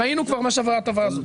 ראינו כבר מה שווה ההטבה הזאת.